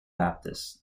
baptist